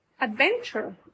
adventure